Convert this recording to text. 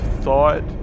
thought